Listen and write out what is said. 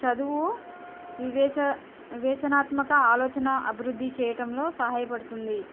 చదువు వివేచ వివేచనాత్మక ఆలోచన అభివృద్ధి చేయటంలో సహాయ పడుతుంది